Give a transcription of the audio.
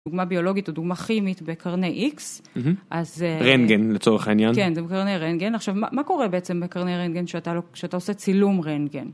דוגמא ביולוגית או דוגמא כימית בקרני איקס. רנטגן לצורך העניין. כן, זה בקרני רנטגן . עכשיו מה קורה בעצם בקרני רנטגן כשאתה עושה צילום רנטגן ?